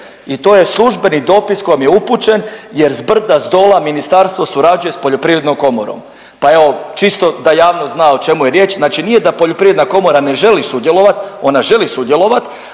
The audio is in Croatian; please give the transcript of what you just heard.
I to je službeni dopis koji vam je upućen jer zbrda zdola ministarstvo surađuje s poljoprivrednom komorom, pa evo čisto da javnost zna o čemu je riječ. Znači nije da poljoprivredna komora ne želi sudjelovati, ona želi sudjelovati